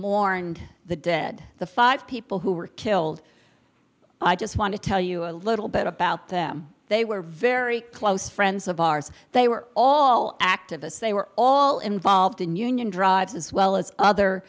mourned the dead the five people who were killed i just want to tell you a little bit about them they were very close friends of ours they were all activists they were all involved in union drives as well as other